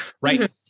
right